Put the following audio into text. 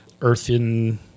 earthen-